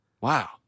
Wow